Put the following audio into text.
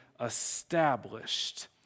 Established